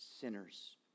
sinners